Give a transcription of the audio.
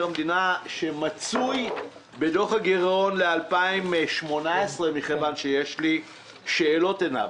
המדינה שמצוי בדוח הגירעון ל-2018 מכיוון שיש לי שאלות אליו.